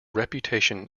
reputation